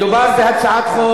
מדובר בהצעת חוק